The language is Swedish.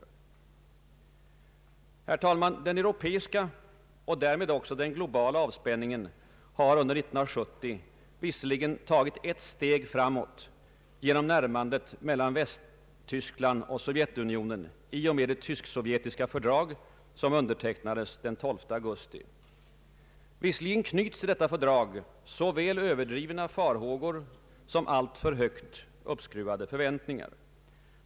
Herr talman! Den europeiska och därmed också den globala avspänningen har under 1970 visserligen tagit ett steg framåt genom närmandet mellan Västtyskland och Sovjetunionen i och med det tysk-sovjetiska fördrag som undertecknades den 12 augusti. Visserligen knyts till detta fördrag såväl överdrivna farhågor som alltför högt uppskruvade förväntningar.